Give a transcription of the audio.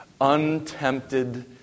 untempted